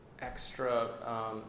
extra